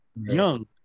young